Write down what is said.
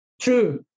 true